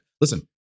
Listen